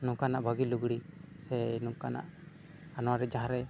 ᱱᱚᱝᱠᱟᱱᱟᱜ ᱵᱷᱟᱜᱮ ᱞᱩᱜᱽᱲᱤ ᱥᱮ ᱱᱚᱝᱠᱟᱱᱟᱜ ᱟᱱᱟᱴᱨᱮ ᱡᱟᱦᱟᱸᱨᱮ